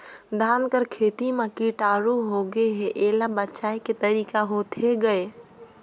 धान कर खेती म कीटाणु होगे हे एला बचाय के तरीका होथे गए?